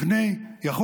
לפני כן,